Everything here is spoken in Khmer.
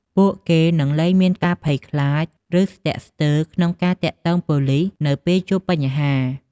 ពួកគេនឹងលែងមានការភ័យខ្លាច ឬស្ទាក់ស្ទើរក្នុងការទាក់ទងប៉ូលីសនៅពេលជួបបញ្ហា។